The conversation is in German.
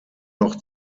noch